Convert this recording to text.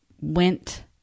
went